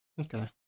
Okay